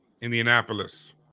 Indianapolis